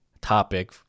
topic